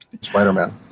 Spider-Man